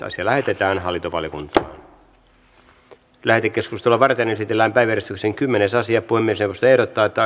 asia lähetetään hallintovaliokuntaan lähetekeskustelua varten esitellään päiväjärjestyksen kymmenes asia puhemiesneuvosto ehdottaa että